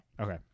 Okay